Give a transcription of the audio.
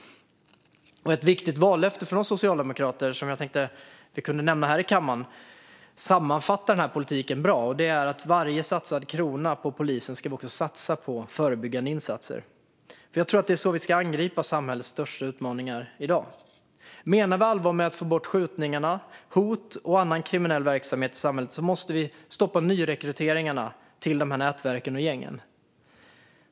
Ett viktigt vallöfte från Socialdemokraterna, som jag tänkte att jag kunde nämna här i kammaren, sammanfattar den här politiken bra: Varje satsad krona på polisen ska också satsas på förebyggande insatser. Jag tror att det är så vi ska angripa samhällets största utmaningar i dag. Menar vi allvar med att få bort skjutningar, hot och annan kriminell verksamhet i samhället måste vi stoppa nyrekryteringen till dessa nätverk och gäng.